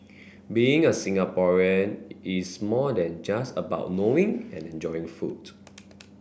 being a Singaporean is more than just about knowing and enjoying food